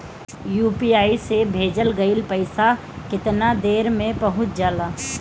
UPI से भेजल गईल पईसा कितना देर में पहुंच जाला?